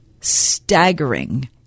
staggering